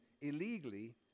illegally